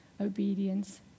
obedience